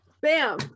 Bam